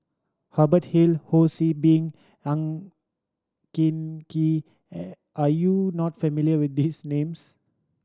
Hubert Hill Ho See Beng Ang Hin Kee I are you not familiar with these names